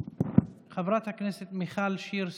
חברת הכנסת מיכל שיר סגמן.